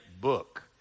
book